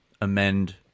amend